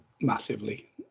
massively